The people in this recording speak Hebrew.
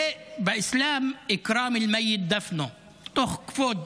ובאסלאם (אומר בערבית ומתרגם:) מתוך כבוד